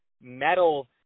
metal